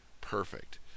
perfect